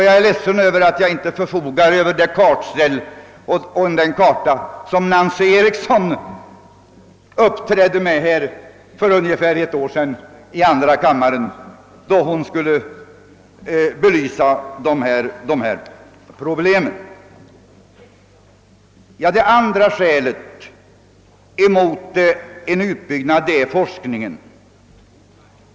Jag är ledsen över att jag inte förfogar över de kartställ och den karta som Nancy Eriksson uppträdde med här för ungefär ett år sedan, då hon skulle belysa dessa problem. Det andra skälet mot en utbyggnad är forskningen.